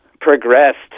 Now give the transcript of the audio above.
progressed